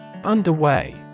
Underway